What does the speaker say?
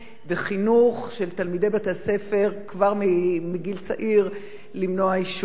בחינוך של תלמידי בתי-הספר כבר מגיל צעיר למנוע עישון.